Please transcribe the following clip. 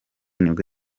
nibwo